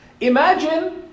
Imagine